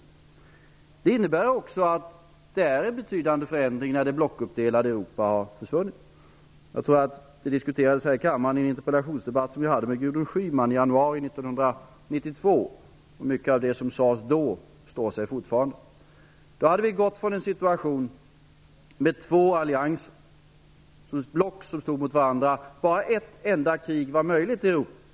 Det innebär också att det har skett en betydande förändring i och med att det blockuppdelade Europa har försvunnit. Jag tror att det var i januari 1992 som jag under en interpellationsdebatt diskuterade detta med Gudrun Schyman. Mycket av det som sades då står sig fortfarande. Då hade vi gått från en situation med två block som stod mot varandra. Bara ett enda krig i Europa var möjligt.